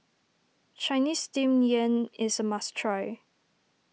Chinese Steamed Yam is a must try